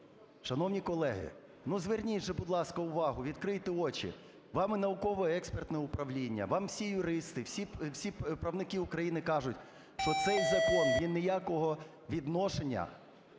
Шановні колеги, ну зверніть, будь ласка, увагу, відкрийте очі, вам і Науково-експертне управління, вам всі юристи, всі правники України кажуть, що цей закон, він ніякого відношення